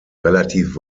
relativ